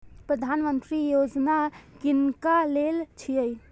प्रधानमंत्री यौजना किनका लेल छिए?